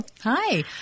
Hi